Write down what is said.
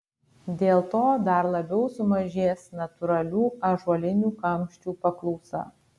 dėl to dar labiau sumažės natūralių ąžuolinių kamščių paklausa